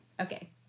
Okay